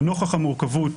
לנוכח המורכבות,